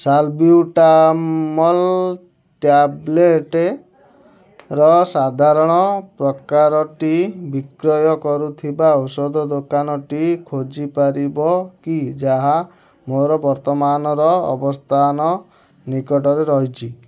salbutamol ଟ୍ୟାବ୍ଲେଟର ସାଧାରଣ ପ୍ରକାରଟି ବିକ୍ରୟ କରୁଥିବା ଔଷଧ ଦୋକାନଟି ଖୋଜିପାରିବ କି ଯାହା ମୋର ବର୍ତ୍ତମାନର ଅବସ୍ଥାନ ନିକଟରେ ରହିଛି